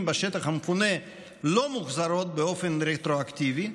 בשטח המפונה לא מוחזרות באופן רטרואקטיבי,